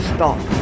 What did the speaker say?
Stop